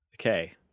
Okay